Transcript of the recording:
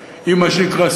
עם מה שנקרא שוויון בבריאות,